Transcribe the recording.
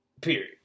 Period